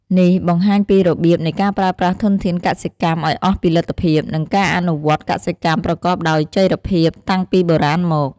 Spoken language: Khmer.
នេះបង្ហាញពីរបៀបនៃការប្រើប្រាស់ធនធានកសិកម្មឱ្យអស់ពីលទ្ធភាព និងការអនុវត្តកសិកម្មប្រកបដោយចីរភាពតាំងពីបុរាណមក។